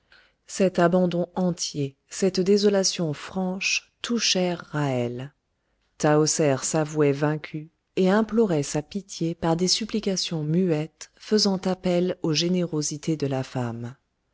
cet abandon entier cette désolation franche touchèrent ra'hel tahoser s'avouait vaincue et implorait sa pitié par des supplications muettes faisant appel aux générosités de la femme